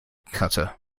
cutter